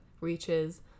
reaches